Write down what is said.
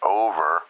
over